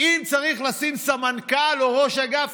אתה עומד לחתום על כמה יישובים שכבר הגיעו